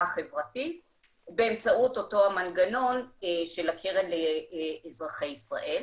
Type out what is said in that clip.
החברתית באמצעות אותו המנגנון של הקרן לאזרחי ישראל.